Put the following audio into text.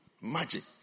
Magic